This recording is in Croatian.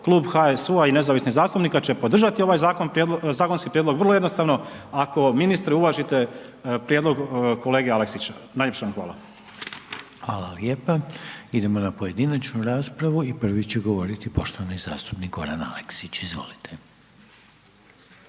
Klub HSU-a i nezavisnih zastupnika će podržati ovaj zakonski prijedlog, vrlo jednostavno, ako, ministre, uvažite prijedlog kolege Aleksića. Najljepša vam hvala. **Reiner, Željko (HDZ)** Hvala lijepo. Idemo na pojedinačnu raspravu i prvi će govoriti poštovani zastupnik Goran Aleksić, izvolite.